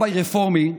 "רביי" רפורמי,